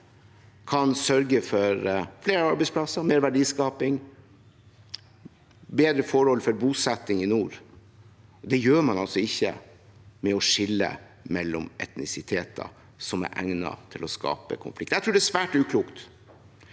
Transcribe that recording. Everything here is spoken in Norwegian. kan sørge for flere arbeidsplasser, mer verdiskaping og bedre forhold for bosetting i nord. Det gjør man altså ikke ved å skille mellom etnisiteter, noe som er egnet til å skape konflikt. Jeg tror det er svært uklokt